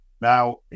Now